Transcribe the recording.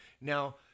Now